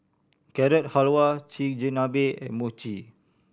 Carrot Halwa Chigenabe and Mochi